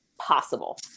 possible